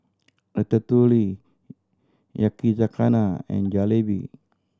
Ratatouille Yakizakana and Jalebi